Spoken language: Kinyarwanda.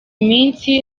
iminsi